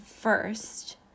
first